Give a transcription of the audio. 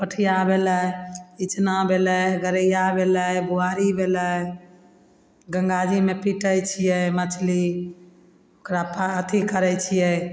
पोठिया भेलय इचना भेलय गरैया भेलय बोआरी भेलय गंगा जीमे पीटय छियै मछली ओकरा पा अथी करय छियै